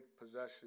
possession